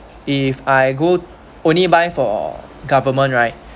if I go only buy for government right